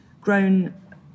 grown